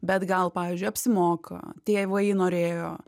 bet gal pavyzdžiui apsimoka tėvai norėjo